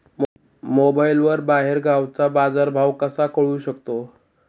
मोबाईलवर बाहेरगावचा बाजारभाव कसा कळू शकतो?